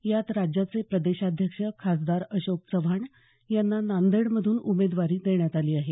यात राज्याचे प्रदेशाध्यक्ष खासदार अशोक चव्हाण यांना नांदेडमधून उमेदवारी देण्यात आली आहे